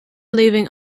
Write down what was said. leaving